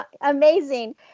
Amazing